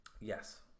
Yes